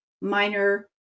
minor